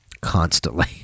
constantly